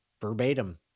verbatim